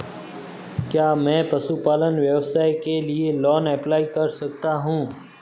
क्या मैं पशुपालन व्यवसाय के लिए लोंन अप्लाई कर सकता हूं?